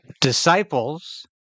disciples